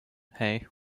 hey